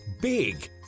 Big